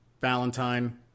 Valentine